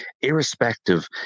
irrespective